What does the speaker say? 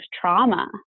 trauma